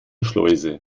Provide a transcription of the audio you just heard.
schleuse